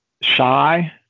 shy